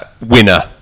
winner